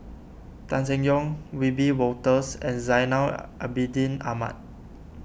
Tan Seng Yong Wiebe Wolters and Zainal Abidin Ahmad